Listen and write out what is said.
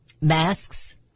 masks